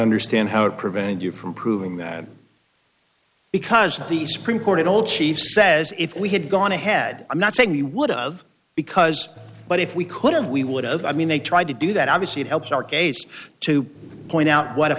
understand how it prevented you from proving that because the supreme court at all chief says if we had gone ahead i'm not saying you would of because but if we could have we would have i mean they tried to do that obviously it helps our case to point out what